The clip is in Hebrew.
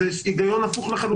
זה היגיון הפוך לחלוטין.